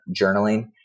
journaling